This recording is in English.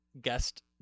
guest